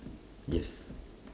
yes